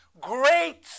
great